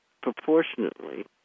proportionately